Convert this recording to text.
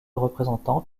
représentant